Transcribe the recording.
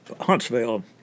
Huntsville